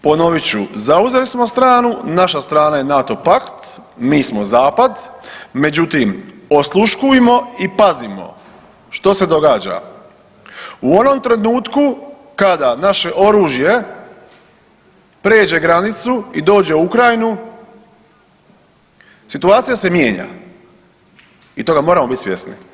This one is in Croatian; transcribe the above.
Dakle, ponovit ću, zauzeli smo stranu, naša strana je NATO pakt, mi smo Zapad, međutim, osluškujmo i pazimo što se događa, u onom trenutku kada naše oružje pređe granicu i dođe u Ukrajinu, situacija se mijenja i toga moramo biti svjesni.